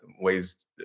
ways